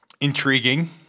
Intriguing